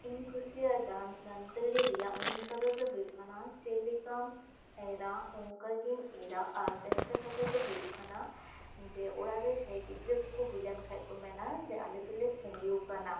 ᱤᱧ ᱠᱩᱥᱤᱭᱟᱜ ᱡᱟᱦᱟᱸᱱ ᱥᱟᱱᱛᱟᱞᱤ ᱨᱮᱭᱟᱜ ᱢᱮᱱ ᱠᱟᱛᱷᱟ ᱫᱚ ᱦᱩᱭᱩᱜ ᱠᱟᱱᱟ ᱪᱮᱫ ᱞᱮᱠᱟᱢ ᱮᱨᱟ ᱚᱱᱠᱟᱜᱮᱢ ᱤᱨᱟ ᱟᱨ ᱵᱷᱮᱱᱛᱟ ᱠᱟᱛᱷᱟ ᱫᱚ ᱦᱩᱭᱩᱜ ᱠᱟᱱᱟ ᱡᱮ ᱚᱲᱟᱜ ᱨᱮ ᱡᱟᱦᱟᱸᱭ ᱜᱤᱫᱽᱨᱟᱹ ᱠᱚᱠᱚ ᱦᱩᱭ ᱞᱮᱱᱠᱷᱟᱡ ᱫᱚ ᱠᱚ ᱢᱮᱱᱟ ᱡᱮ ᱟᱞᱮ ᱫᱚᱞᱮ ᱥᱟᱸᱜᱮᱣᱟᱠᱟᱱᱟ